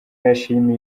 yashimiye